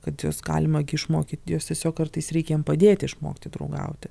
kad juos galima gi išmokyt juos tiesiog kartais reikia jiem padėti išmokti draugauti